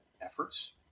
efforts